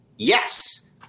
yes